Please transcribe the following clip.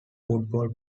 football